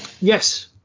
yes